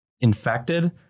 infected